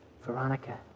Veronica